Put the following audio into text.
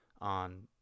on